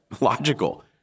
logical